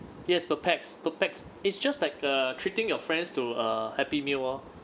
yes per pax per pax it's just like uh treating your friends to a happy meal lor